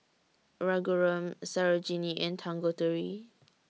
Raghuram Sarojini and Tanguturi